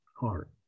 heart